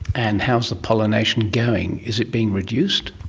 and how is the pollination going? is it being reduced?